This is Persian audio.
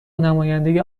نماینده